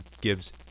gives